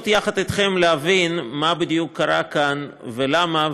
יחד אתכם להבין מה בדיוק קרה כאן ולמה,